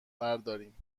برداریم